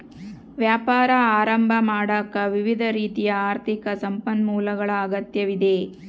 ವ್ಯಾಪಾರ ಆರಂಭ ಮಾಡಾಕ ವಿವಿಧ ರೀತಿಯ ಆರ್ಥಿಕ ಸಂಪನ್ಮೂಲಗಳ ಅಗತ್ಯವಿದೆ